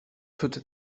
put